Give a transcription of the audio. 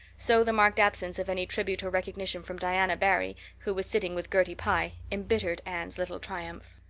so the marked absence of any tribute or recognition from diana barry who was sitting with gertie pye embittered anne's little triumph.